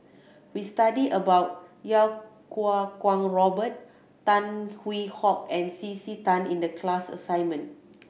we studied about Iau Kuo Kwong Robert Tan Hwee Hock and C C Tan in the class assignment